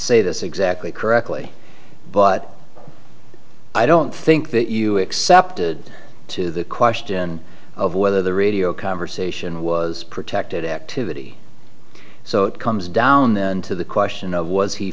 say this exactly correctly but i don't think that you accepted to the question of whether the radio conversation was protected activity so it comes down to the question of was he